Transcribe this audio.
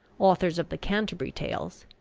authors of the canterbury tales,